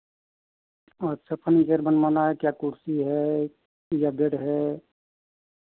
अच्छा फ़र्नीचर बनवाना है क्या कुर्सी है या बेड है